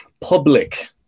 public